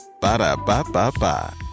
Ba-da-ba-ba-ba